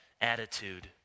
attitude